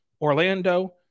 Orlando